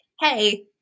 Hey